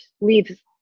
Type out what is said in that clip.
leave